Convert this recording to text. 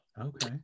Okay